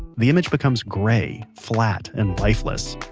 the image becomes gray, flat, and lifeless.